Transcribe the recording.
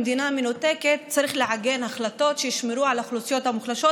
במדינה מנותקת צריך לעגן החלטות שישמרו על האוכלוסיות המוחלשות.